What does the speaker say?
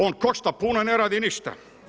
On košta puno ne radi ništa.